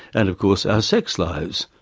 and of course our sex lives.